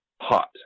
hot